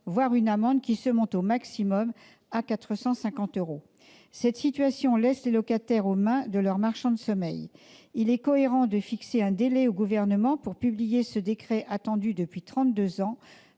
voire une amende, laquelle se monte au maximum à 450 euros. Cette situation laisse les locataires aux mains de leur marchand de sommeil. Il est cohérent de fixer un délai au Gouvernement pour publier ce décret attendu depuis